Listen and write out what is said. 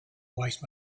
wise